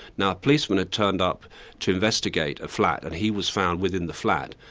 now a policeman had turned up to investigate a flat, and he was found within the flat,